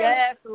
Yes